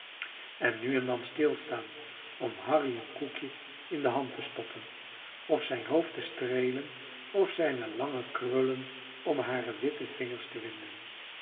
en nu en dan stilstaan om harry een koekje in de hand te stoppen of zijn hoofd te streelen of zijne lange krullen om hare witte vingers te winden